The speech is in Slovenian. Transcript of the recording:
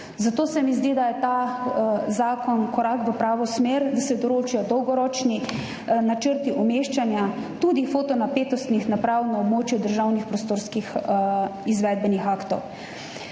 Zato se mi zdi, da je ta zakon korak v pravo smer, da se določijo dolgoročni načrti umeščanja tudi fotonapetostnih naprav na območju državnih prostorskih izvedbenih aktov.